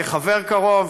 כחבר קרוב.